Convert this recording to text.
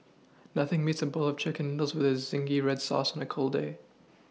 nothing beats a bowl of chicken noodles with zingy red sauce on a cold day